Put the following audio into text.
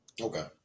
Okay